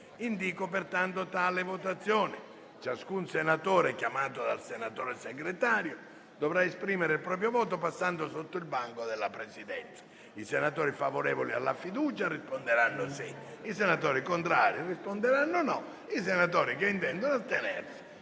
nominale con appello. Ciascun senatore chiamato dal senatore Segretario dovrà esprimere il proprio voto passando innanzi al banco della Presidenza. I senatori favorevoli alla fiducia risponderanno sì; i senatori contrari risponderanno no; i senatori che intendono astenersi